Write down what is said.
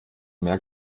mehr